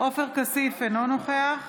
עופר כסיף, אינו נוכח